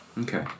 okay